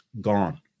gone